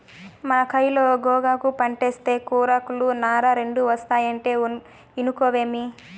మన కయిలో గోగాకు పంటేస్తే కూరాకులు, నార రెండూ ఒస్తాయంటే ఇనుకోవేమి